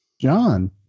John